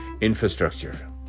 infrastructure